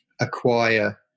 acquire